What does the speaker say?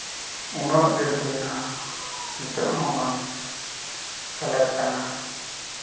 ᱩᱱᱟᱹᱜ ᱫᱤᱱ ᱦᱩᱭᱱᱟ ᱱᱤᱛᱚᱜ ᱦᱚᱸ ᱵᱟᱝ ᱥᱮᱞᱮᱫ ᱠᱟᱱᱟ